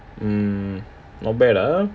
mm not bad ah